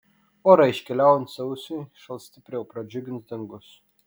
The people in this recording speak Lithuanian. orai iškeliaujant sausiui šals stipriau pradžiugins dangus